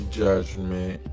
judgment